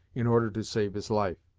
in order to save his life.